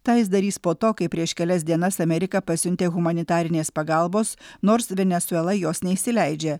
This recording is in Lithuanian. tą jis darys po to kai prieš kelias dienas amerika pasiuntė humanitarinės pagalbos nors venesuela jos neįsileidžia